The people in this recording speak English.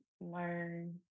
learn